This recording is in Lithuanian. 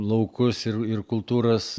laukus ir ir kultūras